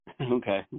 Okay